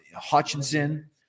Hutchinson